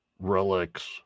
relics